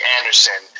Anderson